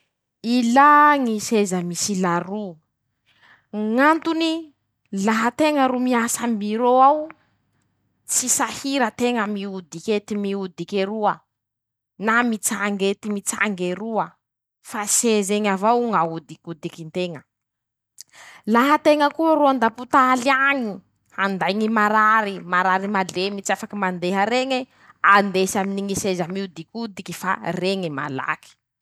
Ila ñy seza misy laroo, ñ'antony: -Laha teña ro miasa ambirô ao, tsy sahira teña miodik'ety miodik'eroa, na mitsang'ety mitsang'eroa fa sez'eñy avao ñ'ahodikodikinteña, laha teña koa ro andapotaly aañy, anday ñy marary, marary malemy tsy afaky mandeha reñye, andesy aminy ñy seza miodikodiky fa reñy malaky.